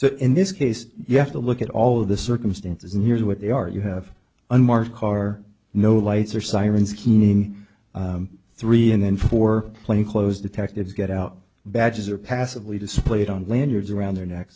so in this case you have to look at all of the circumstances and here's what they are you have unmarked car no lights or sirens keening three and then four plainclothes detectives get out badges are passively displayed on lanyards around their neck